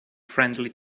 friendly